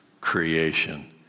creation